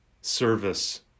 service